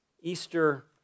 Easter